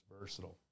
versatile